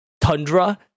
tundra